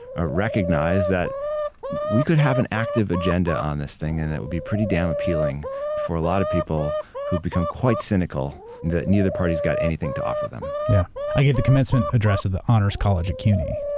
ah recognize that we could have an active agenda on this thing and it would be pretty damn appealing for a lot of people who've become quite cynical that neither party's got anything to offer them. yeah. i gave the commencement address at the honors college at cuny.